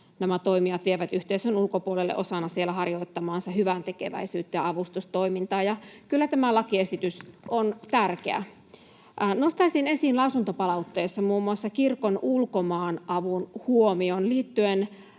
nämä toimijat vievät yhteisön ulkopuolelle osana siellä harjoittamaansa hyväntekeväisyyttä ja avustustoimintaa. Kyllä tämä lakiesitys on tärkeä. Nostaisin esiin lausuntopalautteesta muun muassa Kirkon Ulkomaanavun huomion liittyen